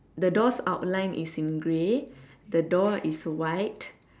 the door's outline is in grey the door is white